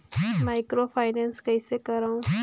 Microfinance कइसे करव?